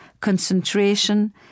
concentration